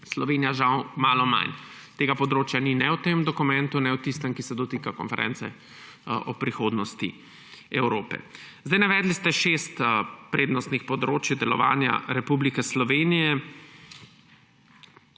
Slovenija žal malo manj? Tega področja ni ne v tem dokumentu ne v tistem, ki se dotika konference o prihodnosti Evrope. Navedli ste šest prednostnih področij delovanja Republike Slovenije.